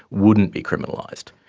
wouldn't be criminalised.